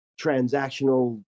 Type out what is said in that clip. transactional